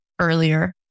earlier